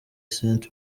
sainte